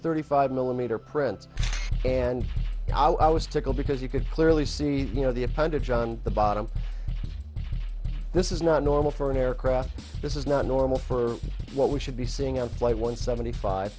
thirty five millimeter prints and i was tickled because you could clearly see that you know the appendage on the bottom this is not normal for an aircraft this is not normal for what we should be seeing on flight one seventy five